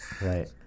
Right